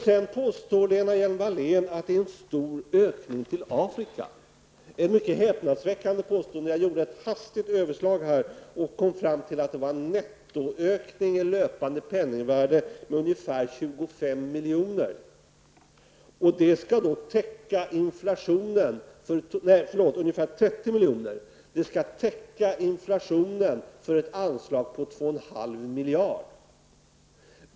Sedan påstår Lena Hjelm-Wallén att det är en stor ökning av biståndet till Afrika. Det är ett mycket häpnadsväckande påstående. Jag gjorde ett hastigt överslag och kom fram till att det var en nettoökning i löpande penningvärde med ungefär 30 miljoner, och det skall då täcka inflationen för ett anslag på två och en halv miljard.